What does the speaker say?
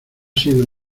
sido